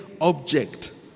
object